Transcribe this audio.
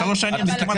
שלוש שנים פה